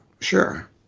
sure